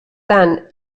tant